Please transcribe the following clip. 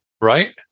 Right